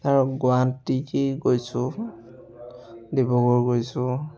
ধৰক গুৱাহাটী দি গৈছোঁ ডিব্ৰুগড় গৈছোঁ